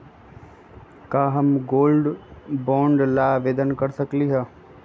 का हम gold bond ला आवेदन कर सकली ह?